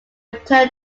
returned